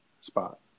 spot